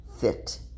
fit